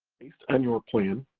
based on your plan,